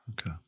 Okay